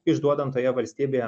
išduodant toje valstybėje